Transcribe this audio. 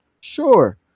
sure